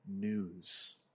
news